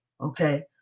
okay